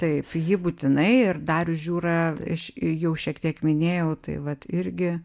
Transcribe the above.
taip ji būtinai ir darius žiūra iš jau šiek tiek minėjau tai vat irgi